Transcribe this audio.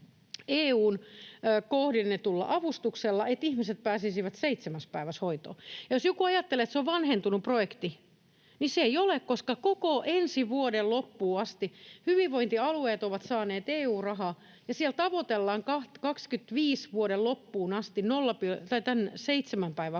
kohdennetulla avustuksella, että ihmiset pääsisivät seitsemässä päivässä hoitoon. Jos joku ajattelee, että se on vanhentunut projekti, niin se ei ole, koska koko ensi vuoden loppuun asti hyvinvointialueet ovat saaneet EU-rahaa ja siellä tavoitellaan vuoden 25 loppuun asti tämän seitsemän päivän